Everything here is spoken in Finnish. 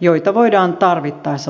joita voidaan tarvittaessa tarkentaa